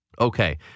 Okay